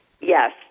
Yes